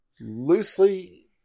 loosely